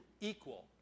equal